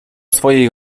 swej